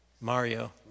Mario